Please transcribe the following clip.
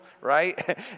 right